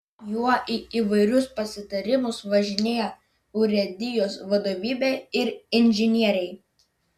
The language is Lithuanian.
juo į įvairius pasitarimus važinėja urėdijos vadovybė ir inžinieriai